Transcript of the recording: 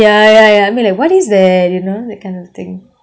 ya ya ya I'm like what is that you know that kind of thing